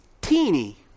teeny